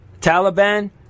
Taliban